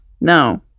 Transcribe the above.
no